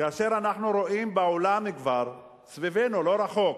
כאשר אנחנו רואים בעולם כבר, סביבנו, לא רחוק,